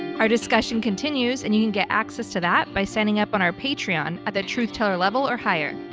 our discussion continues and you can get access to that by signing up on our patreon at the truth-teller level or higher.